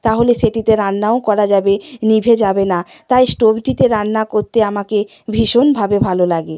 তাহলে সেটিতে রান্নাও করা যাবে নিভে যাবে না তাই স্টোভটিতে রান্না করতে আমাকে ভীষণভাবে ভালো লাগে